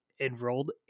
enrolled